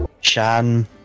shan